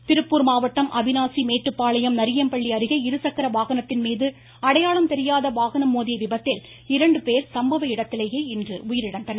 விபத்து திருப்பூர் மாவட்டம் அவினாசி மேட்டுப்பாளையம் நரியம்பள்ளி அருகே இருசக்கர வாகனத்தின் மீது அடையாளம் தெரியாத வாகனம் மோதிய விபத்தில் இரண்டு பேர் சம்பவ இடத்திலேயே உயிரிழந்தனர்